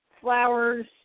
flowers